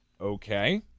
Okay